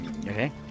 Okay